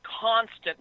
constant